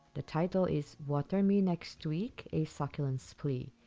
the title is, water me next week a succulent's plea.